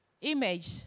image